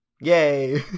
Yay